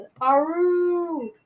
Aru